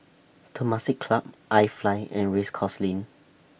Temasek Club IFly and Race Course Lane